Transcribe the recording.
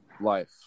life